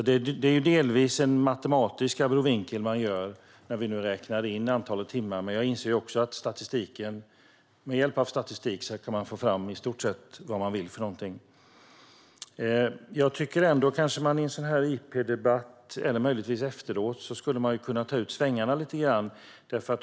Det är delvis en matematisk abrovink man gör när vi nu räknar in antalet timmar, men jag inser också att man med hjälp av statistik kan få fram i stort vad man vill. Jag tycker ändå att man i en sådan här interpellationsdebatt eller möjligtvis efteråt skulle kunna ta ut svängarna lite grann.